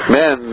men